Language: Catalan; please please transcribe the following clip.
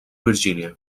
virgínia